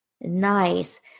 Nice